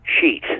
sheet